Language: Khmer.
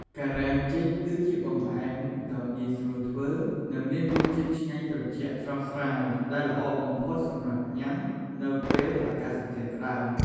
ការ៉េមចេក គឺជាបង្អែមដ៏ងាយស្រួលធ្វើ និងមានរសជាតិឆ្ងាញ់ត្រជាក់ស្រស់ស្រាយ ដែលល្អបំផុតសម្រាប់ញ៉ាំនៅពេលអាកាសធាតុក្ដៅ។